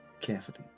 carefully